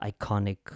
iconic